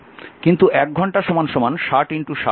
কিন্তু 1 ঘন্টা 60 60 3600 সেকেন্ড